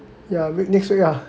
ya week next week ah